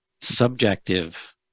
subjective